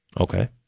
Okay